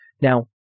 Now